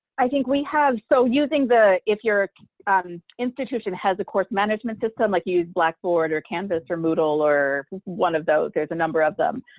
i think we have, so using the if your and institution has a course management system, like you use blackboard or canvas or moodle or one of those, there's a number of them,